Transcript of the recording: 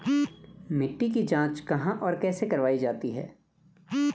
मिट्टी की जाँच कहाँ और कैसे करवायी जाती है?